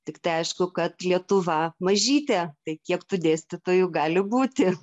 tiktai aišku kad lietuva mažytė tai kiek tų dėstytojų gali būti